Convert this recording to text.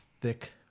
thick